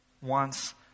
wants